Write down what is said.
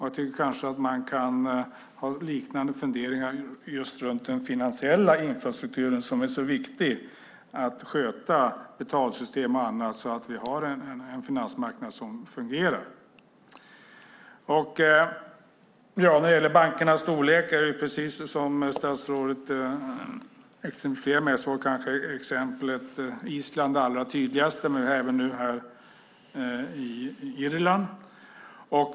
Jag tycker att man kan ha liknande funderingar runt den finansiella infrastrukturen som är så viktig att sköta - betalsystem och annat - för att vi ska ha en finansmarknad som fungerar. När det gäller bankernas storlek är det precis som statsrådet säger när han exemplifierar. Island är kanske det allra tydligaste exemplet, men det gäller även Irland.